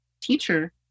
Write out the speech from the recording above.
teacher